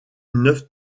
neuf